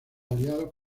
aliados